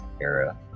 era